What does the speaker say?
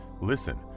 listen